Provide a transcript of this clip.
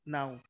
now